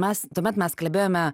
mes tuomet mes kalbėjome